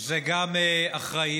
זה גם אחראים,